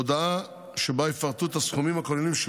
הודעה שבה יפרטו את הסכומים הכוללים של